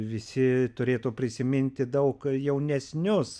visi turėtų prisiminti daug jaunesnius